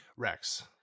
Rex